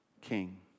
king